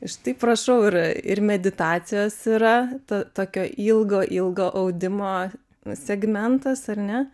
štai prašau ir ir meditacijos yra tokio ilgo ilgo audimo segmentas ar ne